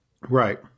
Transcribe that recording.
Right